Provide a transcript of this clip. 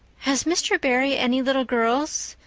has mr. barry any little girls?